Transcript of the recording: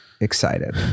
excited